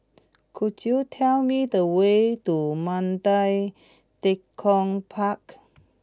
could you tell me the way to Mandai Tekong Park